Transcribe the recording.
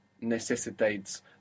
necessitates